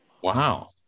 Wow